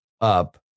up